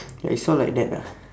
ya it's all like that lah